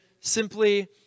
Simply